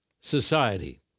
society